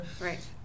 Right